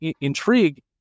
intrigue